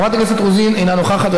חברת הכנסת רוזין אינה נוכחת,